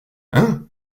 hein